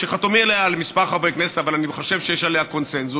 שחתומים עליה כמה חברי כנסת אבל אני חושב שיש עליה קונסנזוס,